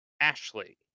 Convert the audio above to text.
Ashley